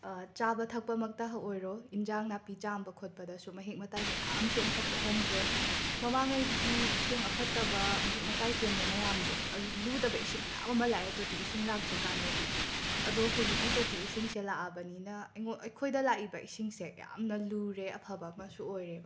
ꯆꯥꯕ ꯊꯛꯄ ꯃꯛꯇ ꯑꯣꯏꯔꯣ ꯏꯟꯖꯥꯡ ꯅꯥꯄꯤ ꯆꯥꯝꯕ ꯈꯣꯠꯄꯗꯁꯨ ꯃꯍꯤꯛ ꯃꯇꯥꯏ ꯀꯌꯥꯝꯁꯨ ꯑꯃꯇ ꯄꯣꯛꯍꯟꯗ꯭ꯔꯦ ꯃꯃꯥꯡꯉꯩꯒꯤ ꯏꯁꯤꯡ ꯑꯐꯠꯇꯕ ꯃꯍꯤꯛ ꯃꯇꯥꯏ ꯆꯦꯟꯕ ꯃꯌꯥꯝꯗꯣ ꯑꯔ ꯂꯨꯗꯕ ꯏꯁꯤꯡ ꯃꯌꯥꯝ ꯑꯃ ꯂꯥꯛꯑꯦ ꯇꯣꯇꯤ ꯏꯁꯤꯡ ꯂꯥꯛꯇ꯭ꯔꯤꯀꯥꯟꯗꯗꯤ ꯑꯗꯣ ꯍꯧꯖꯤꯛꯇꯤ ꯇꯣꯇꯤ ꯏꯁꯤꯡꯁꯦ ꯂꯥꯛꯑꯕꯅꯤꯅ ꯑꯩꯉꯣꯟ ꯑꯩꯈꯣꯏꯗ ꯂꯥꯛꯏꯕ ꯏꯁꯤꯡꯁꯦ ꯌꯥꯝꯅ ꯂꯨꯔꯦ ꯑꯐꯕ ꯑꯃꯁꯨ ꯑꯣꯏꯔꯦꯕ